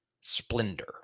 splendor